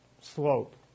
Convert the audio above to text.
slope